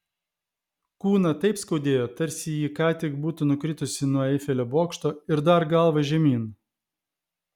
kūną taip skaudėjo tarsi ji ką tik būtų nukritusi nuo eifelio bokšto ir dar galva žemyn